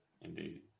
Indeed